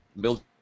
build